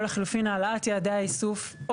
או לחילופין העלאת יעדי האיסוף,